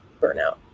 burnout